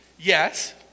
yes